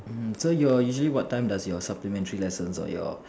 mm so your usually what time does your supplementary lessons or your